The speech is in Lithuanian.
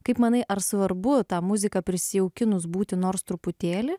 kaip manai ar svarbu tą muziką prisijaukinus būti nors truputėlį